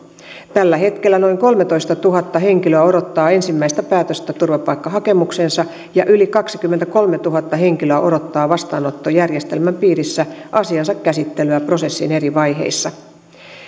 tällä hetkellä noin kolmetoistatuhatta henkilöä odottaa ensimmäistä päätöstä turvapaikkahakemukseensa ja yli kaksikymmentäkolmetuhatta henkilöä odottaa vastaanottojärjestelmän piirissä asiansa käsittelyä prosessin eri vaiheissa